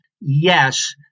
Yes